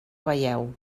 veieu